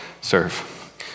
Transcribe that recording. serve